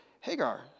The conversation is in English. Hagar